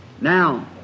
Now